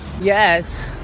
Yes